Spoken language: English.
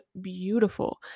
beautiful